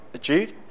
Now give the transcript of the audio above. Jude